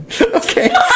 Okay